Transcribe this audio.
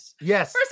Yes